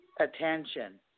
Attention